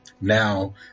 now